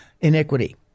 iniquity